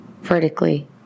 vertically